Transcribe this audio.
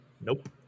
Nope